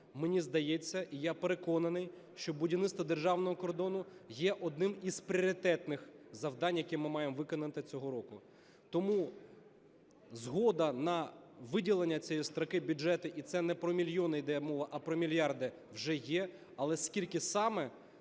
мені здається, і я переконаний, що будівництво державного кордону є одним із пріоритетних завдань, яке ми маємо виконати цього року. Тому згода на виділення цієї строки бюджету, і це не про мільйони йде мова, а про мільярди, вже є. але скільки саме,